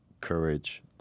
courage